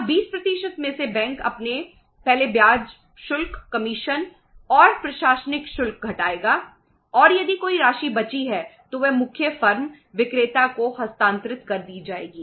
अब 20 में से बैंक अपने पहले ब्याज शुल्क कमीशन और प्रशासनिक शुल्क घटाएगा और यदि कोई राशि बची है तो वह मुख्य फर्म विक्रेता को हस्तांतरित कर दी जाएगी